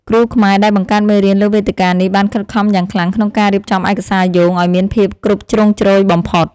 គ្រូខ្មែរដែលបង្កើតមេរៀនលើវេទិកានេះបានខិតខំយ៉ាងខ្លាំងក្នុងការរៀបចំឯកសារយោងឱ្យមានភាពគ្រប់ជ្រុងជ្រោយបំផុត។